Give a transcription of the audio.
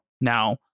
Now